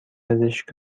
پزشک